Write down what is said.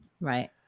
Right